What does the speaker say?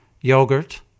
yogurt